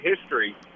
history